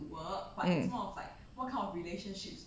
um